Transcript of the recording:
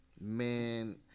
Man